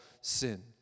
sin